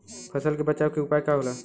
फसल के बचाव के उपाय का होला?